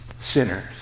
sinners